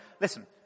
listen